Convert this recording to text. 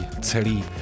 celý